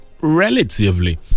relatively